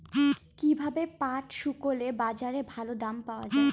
কীভাবে পাট শুকোলে বাজারে ভালো দাম পাওয়া য়ায়?